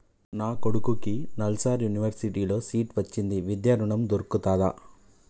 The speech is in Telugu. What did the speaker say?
నా కొడుకుకి నల్సార్ యూనివర్సిటీ ల సీట్ వచ్చింది విద్య ఋణం దొర్కుతదా?